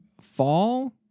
fall